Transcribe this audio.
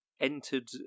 entered